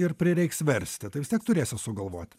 ir prireiks versti tai vis tiek turėsi sugalvot